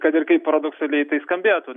kad ir kaip paradoksaliai tai skambėtų